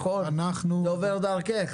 זה עובר דרכך?